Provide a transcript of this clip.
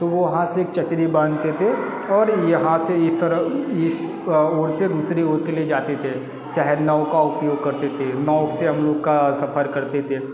तो वहाँ से चचरी बांधते थे और यहाँ से एक तरफ़ एक ओर से दूसरी ओर के लिए जाते थे चाहे नाव का उपयोग करते थे नाव से हम लोग का सफ़र करते थे